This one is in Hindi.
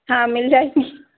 हाँ मिल जाए